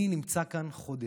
אני נמצא כאן חודש,